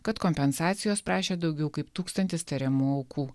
kad kompensacijos prašė daugiau kaip tūkstantis tariamų aukų